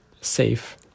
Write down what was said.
safe